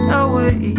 away